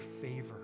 favor